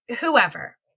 whoever